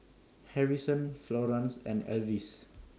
Harrison Florance and Avis